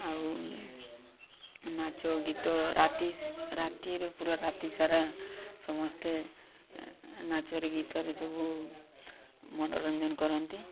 ଆଉ ନାଚ ଗୀତ ରାତି ରାତିରେ ପୁରା ରାତି ସାରା ସମସ୍ତେ ନାଚରେ ଗୀତରେ ସବୁ ମନୋରଞ୍ଜନ କରନ୍ତି